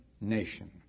nation